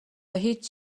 هیچ